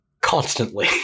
constantly